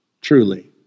Truly